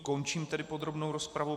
Končím tedy podrobnou rozpravu.